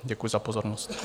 Děkuji za pozornost.